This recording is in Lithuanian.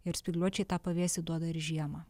ir spygliuočiai tą pavėsį duoda ir žiemą